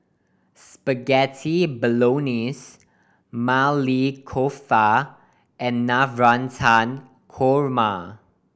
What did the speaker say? Spaghetti Bolognese Maili Kofta and Navratan Korma